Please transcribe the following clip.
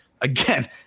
again